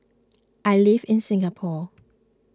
I live in Singapore